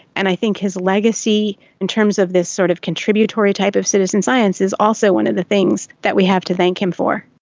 and i think his legacy in terms of this sort of contributory type of citizen science is also one of the things that we have to thank him for.